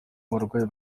abarwayi